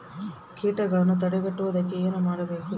ಕೇಟಗಳನ್ನು ತಡೆಗಟ್ಟುವುದಕ್ಕೆ ಏನು ಮಾಡಬೇಕು?